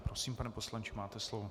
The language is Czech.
Prosím, pane poslanče, máte slovo.